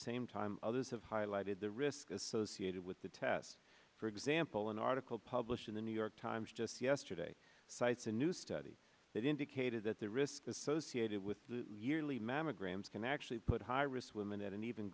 same time others have highlighted the risk associated with the test for example an article published in the new york times just yesterday cites a new study that indicated that the risks associated with the yearly mammograms can actually put high risk women at an even